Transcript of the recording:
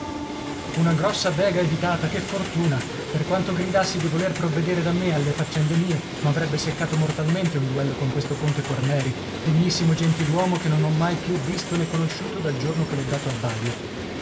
una grossa bega evitata che fortuna per quanto gridassi di voler provvedere da me alle faccende mie m'avrebbe seccato mortalmente un duello con questo conte quarneri degnissimo gentiluomo che non ho mai più visto nè conosciuto dal giorno che l'ho dato a balia